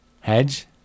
Hedge